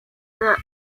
the